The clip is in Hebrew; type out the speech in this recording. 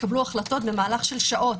התקבלו החלטות במהלך של שעות,